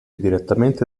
direttamente